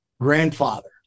grandfather